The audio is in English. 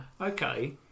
Okay